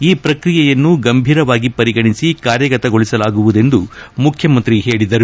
ಈ ಪ್ರಕ್ರಿಯೆಯನ್ನು ಗಂಭೀರವಾಗಿ ಪರಿಗಣಿಸಿ ಕಾರ್ಯಗತಗೊಳಿಸಲಾಗುವುದೆಂದು ಮುಖ್ಯಮಂತ್ರಿ ಹೇಳಿದರು